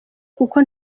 kuko